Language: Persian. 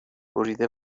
بریده